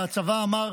והצבא אמר: